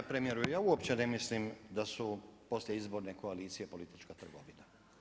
Ne premjeru, ja uopće ne mislim da su poslije izbore koalicije politička trgovina.